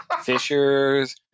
fishers